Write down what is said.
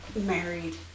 married